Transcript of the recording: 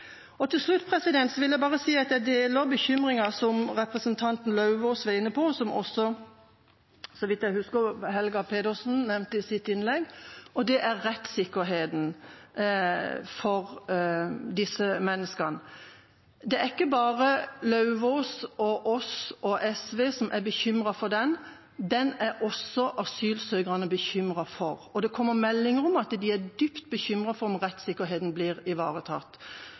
asylsøkere. Til slutt vil jeg bare si at jeg deler bekymringen som representanten Lauvås var inne på, og som også Helga Pedersen – så vidt jeg husker – nevnte i sitt innlegg, og det gjelder rettssikkerheten for disse menneskene. Det er ikke bare representanten Lauvås, oss og SV som er bekymret for den. Den er også asylsøkerne bekymret for. Det kommer meldinger om at de er dypt bekymret for om rettssikkerheten blir ivaretatt.